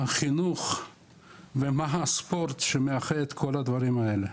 החינוך והספורט שמאחה את כל הדברים האלה.